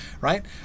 right